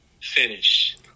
finish